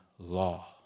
Law